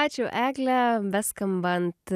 ačiū egle beskambant